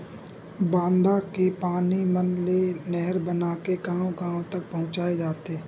बांधा के पानी मन ले नहर बनाके गाँव गाँव तक पहुचाए जाथे